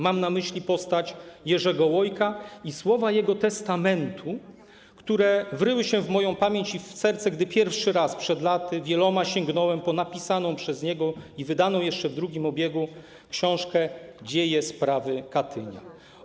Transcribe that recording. Mam na myśli postać Jerzego Łojka i słowa jego testamentu, które wryły się w moją pamięć i w serce, gdy przed wieloma laty pierwszy raz sięgnąłem po napisaną przez niego i wydaną jeszcze w drugim obiegu książkę „Dzieje sprawy Katynia”